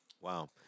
Wow